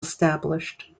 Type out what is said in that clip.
established